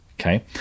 Okay